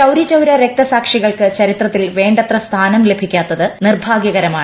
ചൌരിചൌരാ രക്തസാക്ഷികൾക്ക് ചരിത്രത്തിൽ വേണ്ടത്ര സ്ഥാനം ലഭിക്കാത്തത് നിർഭാഗ്യകരമാണ്